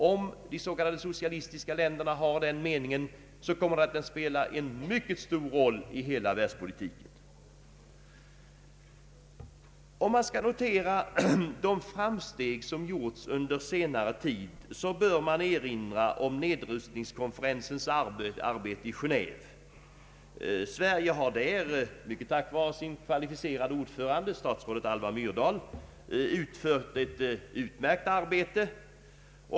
Om de s.k. socialistiska länderna har denna mening, kommer den att spela en mycket stor roll i världspolitiken. Om man skall notera de framsteg som gjorts under senare tid bör man erinra om nedrustningskonferensens arbete i Genéve. Sverige har där mycket tack vare den kvalificerade ordföranden, statsrådet Alva Myrdal, utfört ett utmärkt arbete.